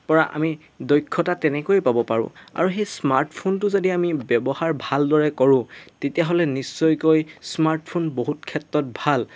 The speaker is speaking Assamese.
পৰা আমি দক্ষতা তেনেকৈয়ে পাব পাৰোঁ আৰু সেই স্মাৰ্টফোনটো যদি আমি ব্যৱহাৰ ভালদৰে কৰোঁ তেতিয়াহ'লে নিশ্চয়কৈ স্মাৰ্টফোন বহুত ক্ষেত্ৰত ভাল